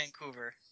Vancouver